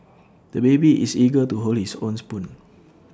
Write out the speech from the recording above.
the baby is eager to hold his own spoon